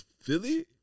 Philly